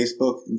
Facebook